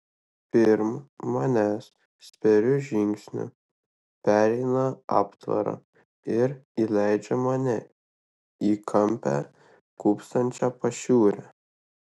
pirm manęs spėriu žingsniu pereina aptvarą ir įleidžia mane į kampe kūpsančią pašiūrę